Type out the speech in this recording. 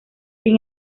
sin